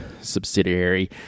subsidiary